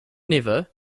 never